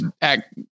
act